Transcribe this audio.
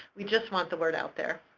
we just want the word out there.